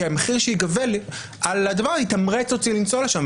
המחיר שיגבה על הדבר יתמרץ אותי לנסוע שם.